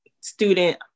student